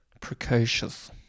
Precocious